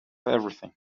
everything